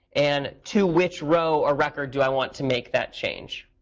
and to which row or record do i want to make that change?